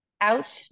out